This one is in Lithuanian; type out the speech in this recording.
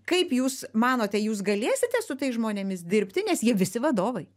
kaip jūs manote jūs galėsite su tais žmonėmis dirbti nes jie visi vadovai